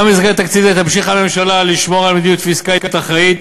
גם במסגרת תקציב זה תמשיך הממשלה לשמור על מדיניות פיסקלית אחראית,